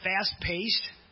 fast-paced